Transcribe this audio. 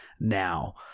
now